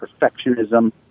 perfectionism